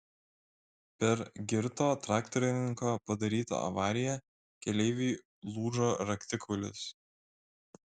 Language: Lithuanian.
per girto traktorininko padarytą avariją keleiviui lūžo raktikaulis